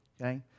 okay